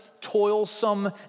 toilsome